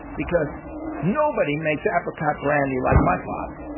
because nobody makes apricot brandy like my father.